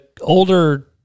older